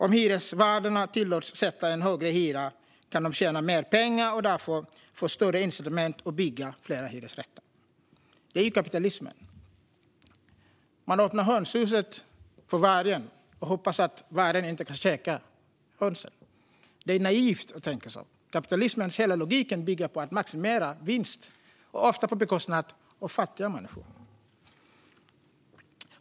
Om hyresvärdarna tillåts sätta en högre hyra kan de tjäna mer pengar och får därför större incitament att bygga fler hyresrätter. Det är kapitalismen. Man öppnar hönshuset för vargen och hoppas att vargen inte ska käka upp hönsen. Det är naivt att tänka så. Kapitalismens hela logik bygger på att maximera vinst, ofta på bekostnad av fattiga människor.